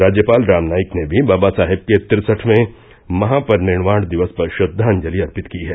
राज्यपाल राम नाईक ने भी बाबा साहेब के तिरसठवें महापरिनिर्वाण दिवस पर श्रद्धांजलि अर्पित की है